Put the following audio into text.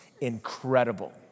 incredible